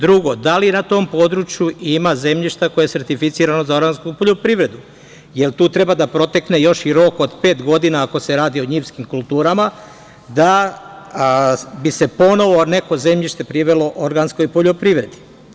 Drugo, da li na tom području ima zemljišta koje je sertificirano za organsku poljoprivredu, jel tu treba da protekne još i rok od pet godina ako se radi njivskim kulturama, da bi se ponovo neko zemljište privelo organskoj poljoprivredi.